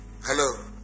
Hello